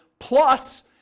plus